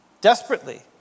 Desperately